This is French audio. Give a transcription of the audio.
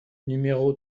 numéro